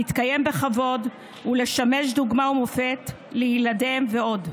להתקיים בכבוד ולשמש דוגמה ומופת לילדיהם ועוד.